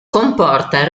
comporta